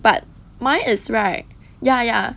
but mine is right ya ya